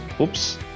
oops